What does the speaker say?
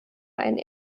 einen